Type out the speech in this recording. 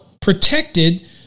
protected